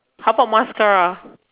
how about mascara